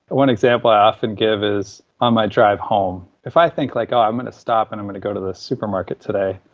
one example i often give is, um i might drive home. if i think, like, oh, i'm going to stop and i'm going to go to the supermarket today,